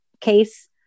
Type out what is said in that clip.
case